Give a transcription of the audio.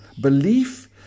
belief